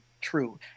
true